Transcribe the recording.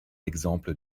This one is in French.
exemple